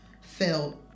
felt